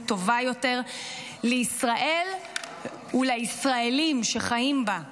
טובה יותר לישראל ולישראלים שחיים בה.